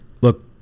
Look